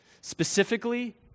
Specifically